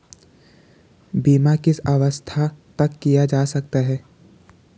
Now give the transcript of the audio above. बीमा किस अवस्था तक किया जा सकता है?